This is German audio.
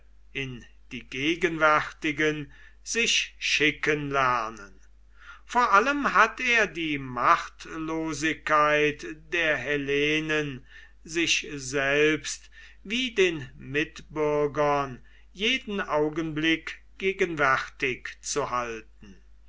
in die gegenwärtigen sich schicken lernen vor allem hat er die machtlosigkeit der hellenen sich selbst wie den mitbürgern jeden augenblick gegenwärtig zu halten